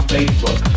Facebook